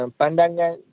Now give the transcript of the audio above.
pandangan